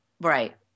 Right